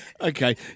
Okay